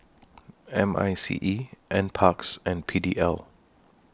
M I C E N Parks and P D L